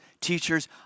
teachers